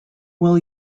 will